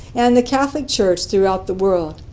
and the catholic church throughout the world.